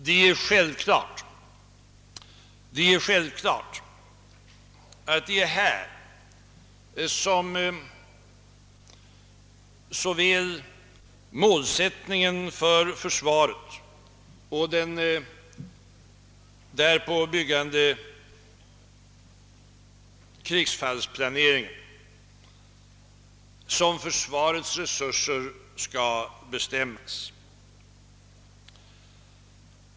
Det är självklart att det är här i riksdagen som såväl målsättningen för försvaret och den därpå byggande krigsfallsplaneringen som försvarets resurser skall bestämmas.